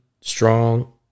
strong